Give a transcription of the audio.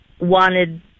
wanted